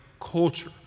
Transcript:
culture